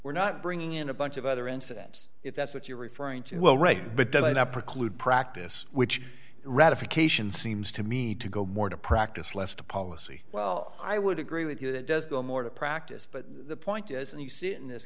we're not bringing in a bunch of other incidents if that's what you're referring to well right but does not preclude practice which ratification seems to me to go more to practice less to policy well i would agree with you that it does go more to practice but the point is and you see it in this